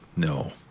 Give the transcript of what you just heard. No